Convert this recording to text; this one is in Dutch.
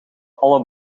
alle